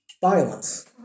violence